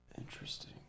Interesting